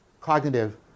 cognitive